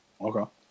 Okay